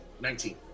Nineteen